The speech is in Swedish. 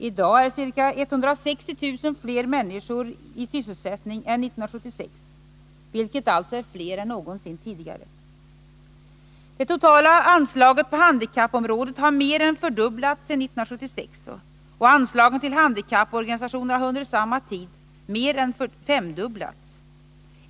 I dag är ca 160 000 fler människor i sysselsättning än 1976, och det är fler än någonsin tidigare. Det totala anslaget på handikappområdet har mer än fördubblats sedan 1976, och anslagen till handikapporganisationerna har under samma tid mer än femdubblats.